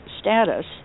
status